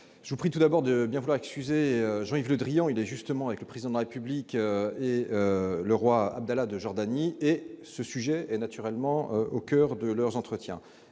je vous prie tout d'abord de bien vouloir excuser Jean-Yves Le Drian, qui se trouve précisément avec le Président de la République et le roi Abdallah de Jordanie. Le sujet que vous évoquez est naturellement au coeur de leurs entretiens.